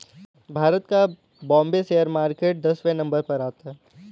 भारत का Bombay share market दसवें number पर आता है